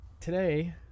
today